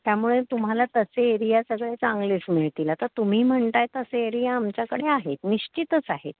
त्यामुळे तुम्हाला तसे एरिया सगळे चांगलेच मिळतील तर तुम्ही म्हणताय तसे एरिया आमच्याकडे आहेत निश्चितच आहेत